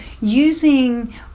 using